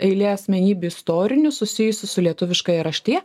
eilė asmenybių istorinių susijusių su lietuviškąja raštija